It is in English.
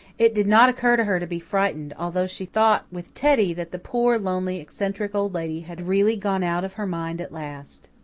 it did not occur to her to be frightened, although she thought with teddy that the poor, lonely, eccentric old lady had really gone out of her mind at last.